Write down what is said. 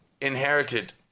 inherited